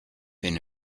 been